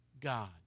God